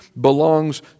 belongs